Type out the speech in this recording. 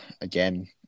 again